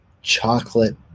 chocolate